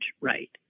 right